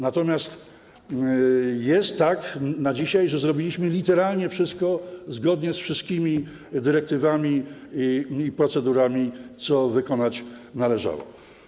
Natomiast na dzisiaj jest tak, że zrobiliśmy literalnie wszystko, zgodnie ze wszystkimi dyrektywami i procedurami, co wykonać należało.